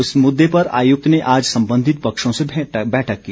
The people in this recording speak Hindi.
इस मुद्दे पर आयुक्त ने आज संबंधित पक्षों से बैठक की